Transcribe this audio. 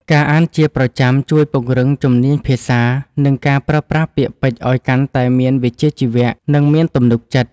ការអានជាប្រចាំជួយពង្រឹងជំនាញភាសា និងការប្រើប្រាស់ពាក្យពេចន៍ឱ្យកាន់តែមានវិជ្ជាជីវៈ និងមានទំនុកចិត្ត។